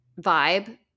vibe